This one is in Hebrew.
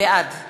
בעד